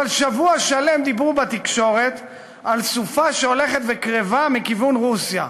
אבל שבוע שלם דיברו בתקשורת על סופה שהולכת וקרבה מכיוון רוסיה,